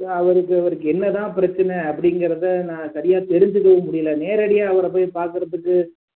so அவருக்கு அவருக்கு என்ன தான் பிரச்சனை அப்படிங்கிறத நான் சரியாக தெரிஞ்சுக்கவும் முடியல நேரடியாக அவரை போய் பார்க்கறதுக்கு